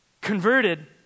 Converted